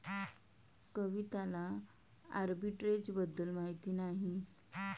कविताला आर्बिट्रेजबद्दल माहिती नाही